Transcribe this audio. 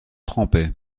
trempé